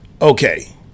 Okay